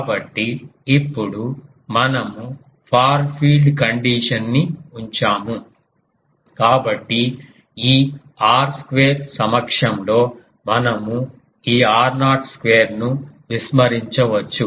కాబట్టి ఇప్పుడు మనము ఫార్ ఫీల్డ్ కండిషన్ ని ఉంచాము కాబట్టి ఈ r స్క్వేర్ సమక్షంలో మనము ఈ r0 స్క్వేర్ను విస్మరించవచ్చు